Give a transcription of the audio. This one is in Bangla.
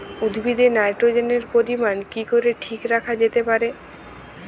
উদ্ভিদে নাইট্রোজেনের পরিমাণ কি করে ঠিক রাখা যেতে পারে?